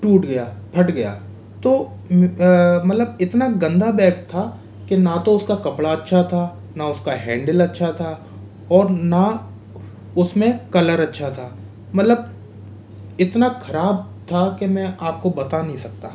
टूट गया फट गया तो मतलब इतना गंदा बैग था कि ना तो उसका कपड़ा अच्छा था ना उसका हेंडिल अच्छा था और ना उसमे कलर अच्छा था मतलब इतना खराब था कि मैं आपको बता नहीं सकता